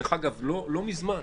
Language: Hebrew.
דרך אגב, לא מזמן.